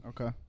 Okay